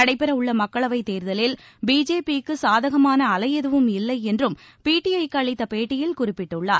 நடைபெறவுள்ள மக்களவைத் தேர்தலில் பிஜேபிக்கு சாதகமான அலை எதுவும் இல்லை என்றும் பிடிஐக்கு அளித்த பேட்டியில் குறிப்பிட்டுள்ளார்